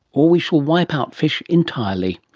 or we shall wipe out fish entirely.